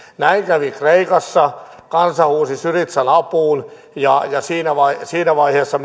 näin kävi kreikassa kansa huusi syrizan apuun ja siinä vaiheessa